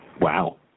Wow